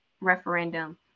referendum